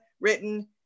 written